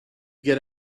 get